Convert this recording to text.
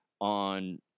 on